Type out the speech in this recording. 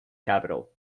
capital